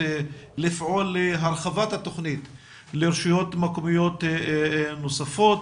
לפעול להרחבת התכנית לרשויות מקומיות נוספות